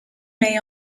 may